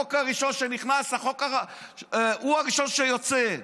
החוק הראשון שנכנס הוא הראשון שיוצא.